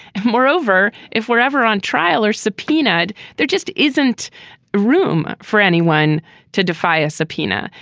and moreover, if we're ever on trial or subpoenaed, there just isn't room for anyone to defy a subpoena.